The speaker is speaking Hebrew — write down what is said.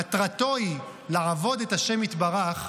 מטרתו של אדם היא לעבוד את ה' יתברך,